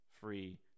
free